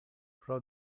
pro